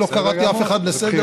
אני לא קראתי אף אחד לסדר.